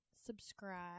subscribe